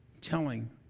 telling